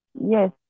yes